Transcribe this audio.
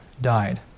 died